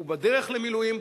הוא בדרך למילואים,